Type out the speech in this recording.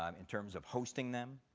um in terms of hosting them,